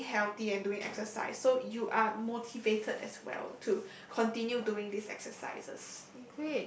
feeling healthy and doing exercise so you are motivated as well to continue doing these exercises